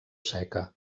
seca